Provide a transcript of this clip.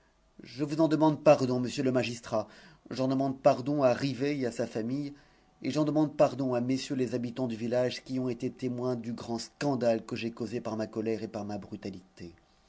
je vous en demande pardon m le magistrat j'en demande pardon à rivet et à sa famille et j'en demande pardon à mm les habitants du village qui ont été témoins du grand scandale que j'ai causé par ma colère et par ma brutalité